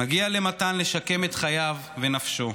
מגיע למתן לשקם את חייו ונפשו.